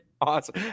awesome